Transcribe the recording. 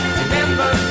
remember